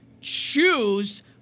choose